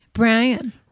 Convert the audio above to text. Brian